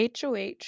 HOH